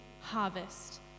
harvest